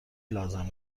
لازم